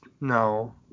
No